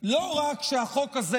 לא רק שהחוק הזה